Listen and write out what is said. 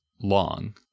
long